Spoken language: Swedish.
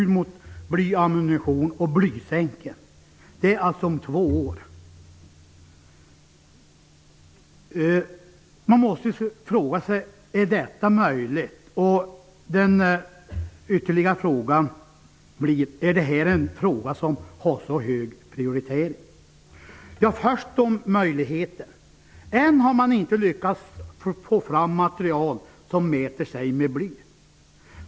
Det är alltså om två år. Man måste fråga sig om detta är möjligt. Ytterligare en fråga blir: Är det här en sak som har så hög prioritet? Först till möjligheten: Än har man inte lyckats få fram material som kan mäta sig med bly.